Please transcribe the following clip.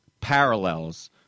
parallels